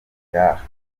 ngaha